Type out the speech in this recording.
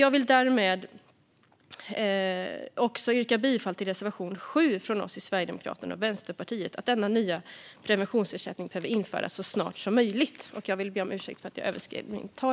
Jag vill därmed yrka bifall till reservation 7 från oss i Sverigedemokraterna och Vänsterpartiet om att denna nya preventionsersättning behöver införas så snart som möjligt. Jag vill be om ursäkt för att jag överskred min talartid.